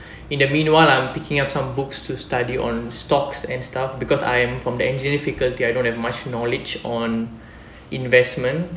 in the meanwhile I'm picking up some books to study on stocks and stuff because I'm from the engineering faculty I don't have much knowledge on investment